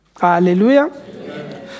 Hallelujah